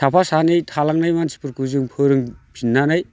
साफा सानै थालांनाय मानसिफोरखौ जों फोरोंफिननानै